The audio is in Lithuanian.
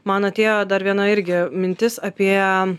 man atėjo dar viena irgi mintis apie